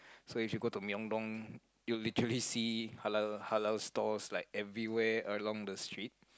so if you go to Myeongdong you'll literally see halal halal stalls like everywhere along the street